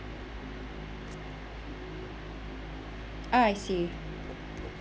ah I see